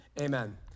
amen